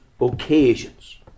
occasions